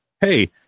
hey